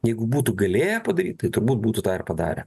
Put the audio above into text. jeigu būtų galėję padaryti tai turbūt būtų tą ir padarę